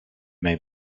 may